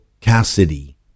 Cassidy